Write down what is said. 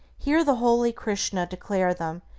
hear the holy krishna declare them,